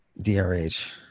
DRH